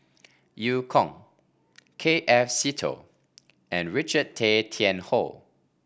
Eu Kong K F Seetoh and Richard Tay Tian Hoe